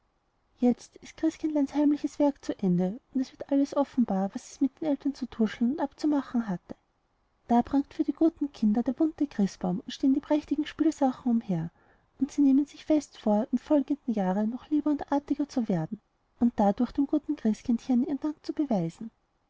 jetzt ist christkindleins heimliches werk zu ende und alles wird offenbar was es mit den eltern zu tutscheln und abzumachen hatte da prangt für die guten kinder der bunte christbaum und stehen die prächtigen spielsachen umher und sie nehmen sich fest vor im folgenden jahre noch lieber und artiger zu werden und dadurch dem guten christkindchen ihren dank zu beweisen